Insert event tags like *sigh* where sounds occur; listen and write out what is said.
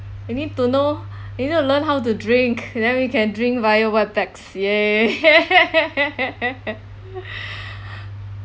you need to know you need to learn how to drink then we can drink via webex !yay! *laughs*